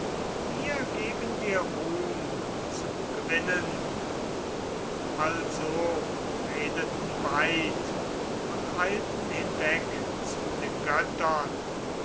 wir sind dir beid als helfende götter genahet also redeten beid und eilten hinweg zu den göttern